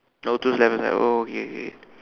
[oh[ towards left hand side oh okay okay okay